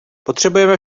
potřebujeme